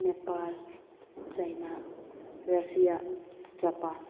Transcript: Nepal China Russia Japan